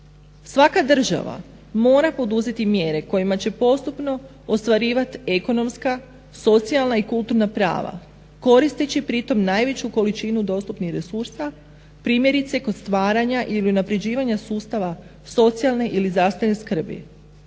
Svaka država mora poduzeti mjere kojima će postupno ostvarivati ekonomska, socijalna i kulturna prava koristeći pritom najveću količinu dostupnih resursa primjerice kod stvaranja ili unapređivanja sustava socijalne ili zdravstvene skrbi.